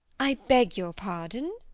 i beg your pardon?